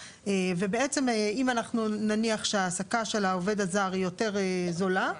ובעצם אם אנחנו נניח שההעסקה של העובד הזר היא יותר זולה,